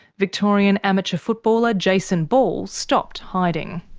victorian amateur footballer jason ball stopped hiding.